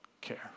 care